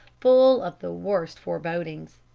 full of the worst forebodings.